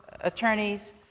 attorneys